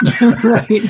Right